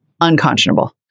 unconscionable